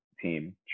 team